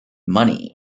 money